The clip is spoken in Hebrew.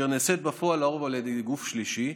ונעשית בפועל לרוב על ידי גוף שלישי,